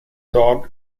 dog